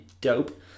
dope